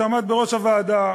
שעמד בראש הוועדה,